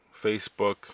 Facebook